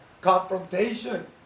Confrontation